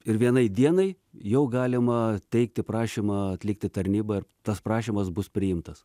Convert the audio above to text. ir vienai dienai jau galima teikti prašymą atlikti tarnybą ir tas prašymas bus priimtas